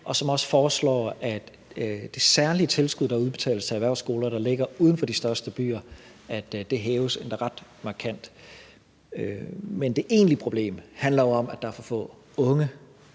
og som også foreslår, at det særlige tilskud, der udbetales til erhvervsskoler, der ligger uden for de største byer, hæves endda ret markant. Men det egentlige problem handler jo om, at der er for få unge,